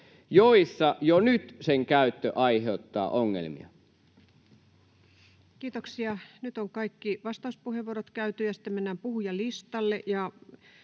joissa jo nyt sen käyttö aiheuttaa ongelmia? Kiitoksia. — Nyt on kaikki vastauspuheenvuorot käyty, ja sitten mennään puhujalistalle.